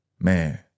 Man